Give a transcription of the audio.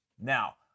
Now